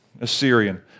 Assyrian